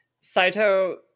Saito